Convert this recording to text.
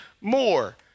more